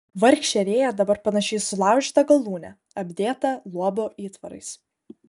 vargšė rėja dabar panaši į sulaužytą galūnę apdėtą luobo įtvarais